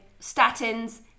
statins